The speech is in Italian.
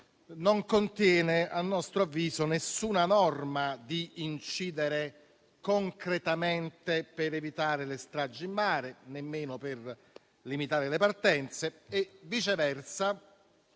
non contiene a nostro avviso alcuna norma volta ad incidere concretamente per evitare le stragi in mare, nemmeno per limitare le partenze. Viceversa,